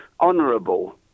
honourable